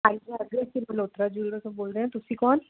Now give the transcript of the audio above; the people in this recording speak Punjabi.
ਹਾਂਜੀ ਹਾਂਜੀ ਅਸੀਂ ਮਲੋਹਤਰਾ ਜਿਊਲਰ ਤੋਂ ਬੋਲ ਰਹੇ ਆ ਤੁਸੀਂ ਕੌਣ